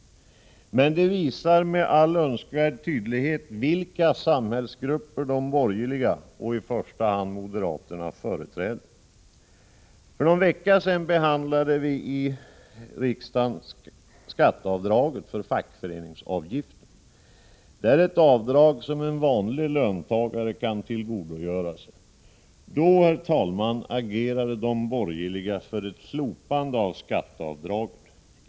Men det visar med all önskvärd tydlighet vilka samhällsgrupper som de borgerliga, i första hand moderaterna, företräder. För någon vecka sedan behandlade vi i riksdagen skatteavdraget för fackföreningsavgifter. Det är ett avdrag som en vanlig löntagare kan tillgodogöra sig. Då agerade de borgerliga för ett slopande av skatteavdraget.